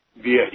via